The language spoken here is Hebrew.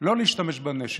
לא להשתמש בנשק,